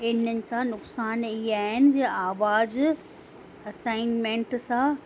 इन्हनि सां नुकसानु ईअं आहिनि जीअं आवाज़ु असाइंमेंट सां